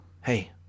hey